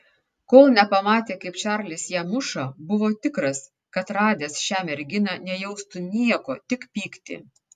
kol nepamatė kaip čarlis ją muša buvo tikras kad radęs šią merginą nejaustų nieko tik pyktį